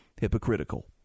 hypocritical